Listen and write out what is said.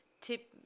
Tip